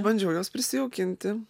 bandžiau juos prisijaukinti